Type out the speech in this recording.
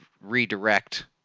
redirect